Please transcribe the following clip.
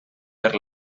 per